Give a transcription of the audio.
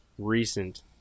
recent